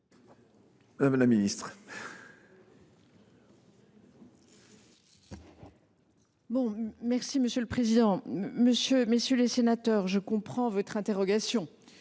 Mme la ministre.